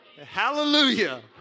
Hallelujah